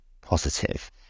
positive